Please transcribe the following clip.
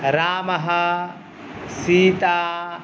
रामः सीता